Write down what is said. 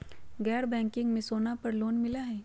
गैर बैंकिंग में सोना पर लोन मिलहई?